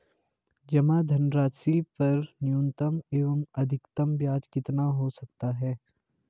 जमा धनराशि पर न्यूनतम एवं अधिकतम ब्याज कितना हो सकता है?